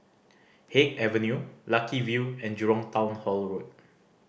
Haig Avenue Lucky View and Jurong Town Hall Road